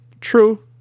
True